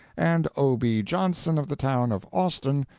and o. b. johnson, of the town of austin,